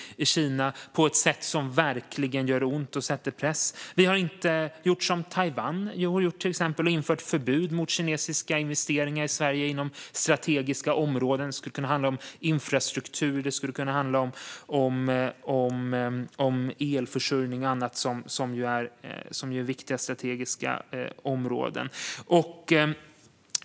Det skulle man kunna göra på ett sätt som verkligen gör ont och sätter press. Vi har inte gjort som till exempel Taiwan och infört förbud mot kinesiska investeringar i Sverige inom strategiska områden. Det skulle kunna handla om infrastruktur, elförsörjning och andra viktiga strategiska områden.